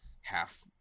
half